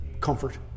comfort